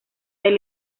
del